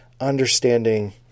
understanding